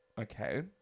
Okay